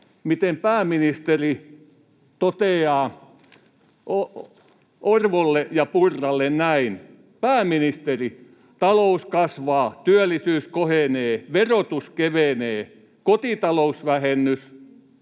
miten pääministeri toteaa Orpolle ja Purralle näin: ”Pääministeri: ’Talous kasvaa, työllisyys kohenee, verotus kevenee... Kotitalousvähennys